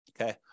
Okay